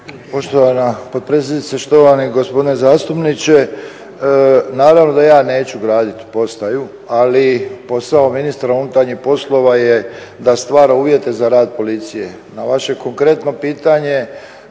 Poštovana potpredsjednice. Štovani gospodine zastupniče, naravno da ja neću graditi postaju ali posao ministra unutarnjih poslova je da stvara uvjete za rad policije. Na vaše konkretno pitanje